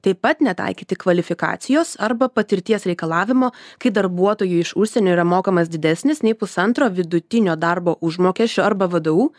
taip pat netaikyti kvalifikacijos arba patirties reikalavimo kai darbuotojui iš užsienio yra mokamas didesnis nei pusantro vidutinio darbo užmokesčio arba vdu